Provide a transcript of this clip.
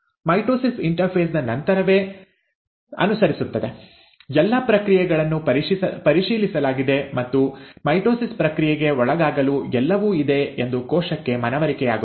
mitosis interphase ನ ನಂತರವೇ ಅನುಸರಿಸುತ್ತದೆ ಎಲ್ಲಾ ಪ್ರಕ್ರಿಯೆಗಳನ್ನು ಪರಿಶೀಲಿಸಲಾಗಿದೆ ಮತ್ತು ಮೈಟೊಸಿಸ್ ಪ್ರಕ್ರಿಯೆಗೆ ಒಳಗಾಗಲು ಎಲ್ಲವೂ ಇದೆ ಎಂದು ಕೋಶಕ್ಕೆ ಮನವರಿಕೆಯಾಗುತ್ತದೆ